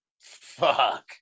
fuck